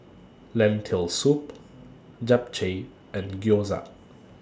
Lentil Soup Japchae and Gyoza